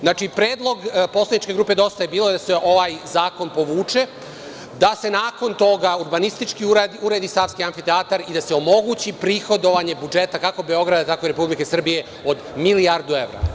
Znači, predlog poslaničke grupe DJB je da se ovaj zakon povuče, da se nakon toga urbanistički uredi „Savski amfiteatar“ i da se omogući prihodovanje budžeta, kako Beograda, tako i Republike Srbije od milijardu evra.